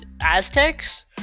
Aztecs